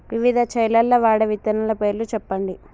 వివిధ చేలల్ల వాడే విత్తనాల పేర్లు చెప్పండి?